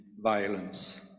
violence